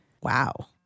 Wow